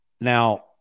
Now